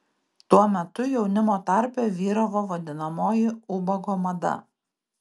tuo metu jaunimo tarpe vyravo vadinamoji ubago mada